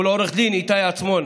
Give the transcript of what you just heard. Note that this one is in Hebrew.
ולעו"ד איתי עצמון,